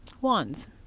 Wands